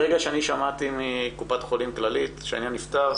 ברגע ששמעתי מקופת חולים כללית שהעניין נפתר,